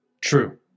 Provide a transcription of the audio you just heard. True